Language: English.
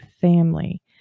family